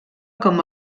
com